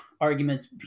arguments